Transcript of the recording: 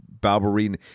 Balberine